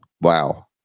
Wow